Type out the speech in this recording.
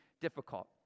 difficult